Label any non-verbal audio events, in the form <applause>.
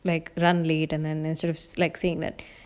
like run lead and then that sort of slack scene that <breath>